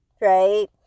right